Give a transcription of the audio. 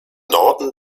norden